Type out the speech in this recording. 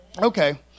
Okay